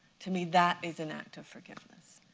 to me, that is an act of forgiveness,